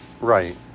Right